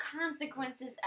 consequences